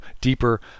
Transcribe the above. deeper